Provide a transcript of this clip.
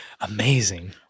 Amazing